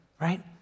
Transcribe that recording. right